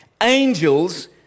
Angels